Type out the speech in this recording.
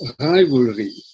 rivalry